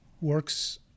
works